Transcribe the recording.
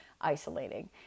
isolating